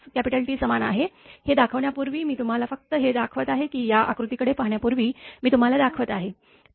5T समान आहे हे दाखवण्यापूर्वी मी तुम्हाला फक्त हे दाखवत आहे की या आकृतीकडे पाहण्यापूर्वी मी तुम्हाला दाखवत आहे